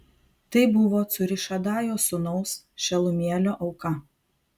tai buvo cūrišadajo sūnaus šelumielio auka